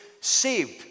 saved